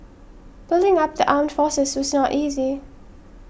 building up the armed forces was not easy